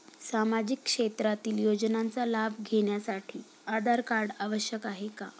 सामाजिक क्षेत्रातील योजनांचा लाभ घेण्यासाठी आधार कार्ड आवश्यक आहे का?